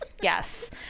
yes